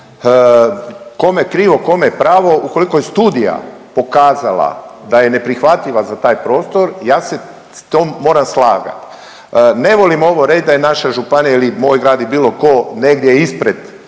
kome krivo, kome pravo ukoliko je studija pokazala da je neprihvatljiva za taj prostor ja se s tom moram slagat. Ne volim ovo reći da je naša županija ili moj grad i bilo tko negdje ispred